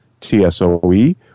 tsoe